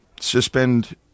suspend –